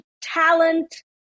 talent